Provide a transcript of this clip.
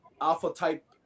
alpha-type